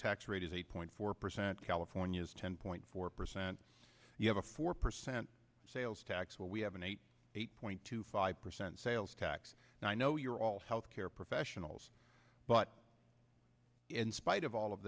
tax rate is eight point four percent california's ten point four percent you have a four percent sales tax where we have an eight eight point two five percent sales tax and i know you're all health care professionals but in spite of all of